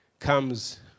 comes